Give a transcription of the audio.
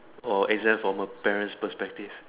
or exams from a parents perspective